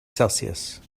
celsius